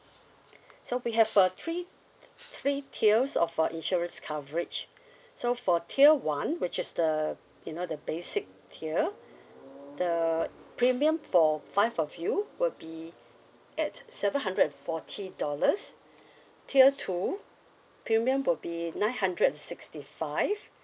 so we have uh three three tiers of uh insurance coverage so for tier one which is the you know the basic tier the premium for five of you will be at seven hundred and forty dollars tier two premium will be nine hundred and sixty five